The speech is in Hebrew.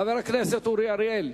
חבר הכנסת אורי אריאל,